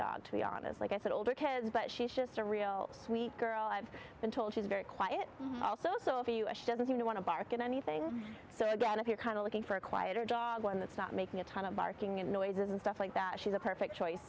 dog to be honest like i said older kids but she's just a real sweet girl i've been told she's very quiet also some of us doesn't seem to want to bark at anything so i go out of here kind of looking for a quieter dog one that's not making a ton of barking and noises and stuff like that she's a perfect choice